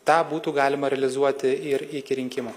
tą būtų galima realizuoti irgi iki rinkimų